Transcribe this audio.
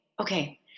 Okay